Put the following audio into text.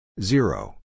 zero